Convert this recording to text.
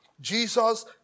Jesus